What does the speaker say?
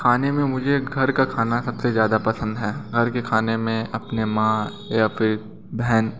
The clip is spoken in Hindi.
खाने में मुझे घर का खाना सब से ज़्यादा पसंद है घर के खाने में अपनी माँ या फिर बहन